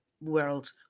world